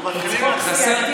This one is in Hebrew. זה צחוק סיעתי.